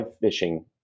fishing